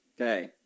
okay